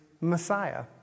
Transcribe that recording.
Messiah